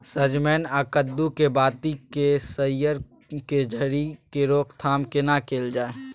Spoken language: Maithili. सजमैन आ कद्दू के बाती के सईर के झरि के रोकथाम केना कैल जाय?